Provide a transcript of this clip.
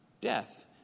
death